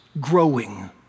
growing